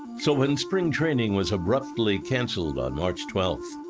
so when spring training was abruptly canceled on march twelfth,